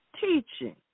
Teaching